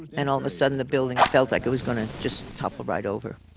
and all of a sudden, the building felt like it was going to just topple right over.